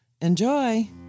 Enjoy